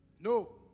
No